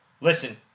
Listen